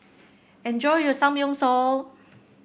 enjoy your Samgyeopsal